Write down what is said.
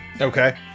Okay